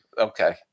Okay